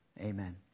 Amen